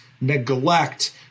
neglect